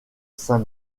saint